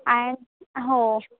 आणि हो